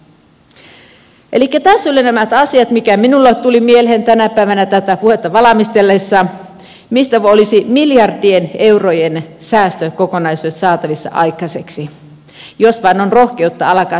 elikkä tässä olivat nämä asiat jotka minulle tulivat mieleen tänä päivänä tätä puhetta valmistellessa ja joista olisi miljardien eurojen säästökokonaisuudet saatavissa aikaiseksi jos vain on rohkeutta alkaa töitä tekemään